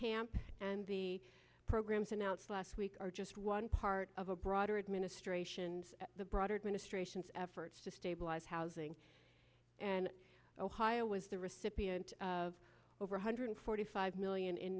camp and the programs announced last week are just one part of a broader administration's the broader ministrations efforts to stabilize housing and ohio was the recipient of over one hundred forty five million in